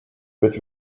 wird